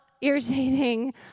irritating